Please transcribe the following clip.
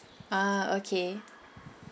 ah okay